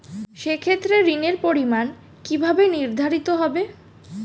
সে ক্ষেত্রে ঋণের পরিমাণ কিভাবে নির্ধারিত হবে?